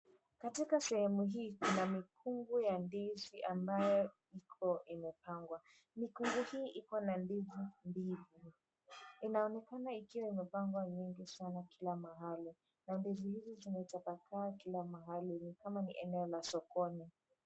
Katika sehemu hii kuna mikungu ya ndizi ambayo iko imepangwa. Mikungu hii iko na ndizi mbili inaonekana ikiwa imepangwa nyingi sana kila mahali. Mandizi hizi zimetapakaa kila mahali ni kama ni eneo la sokoni.